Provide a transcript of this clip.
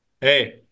Hey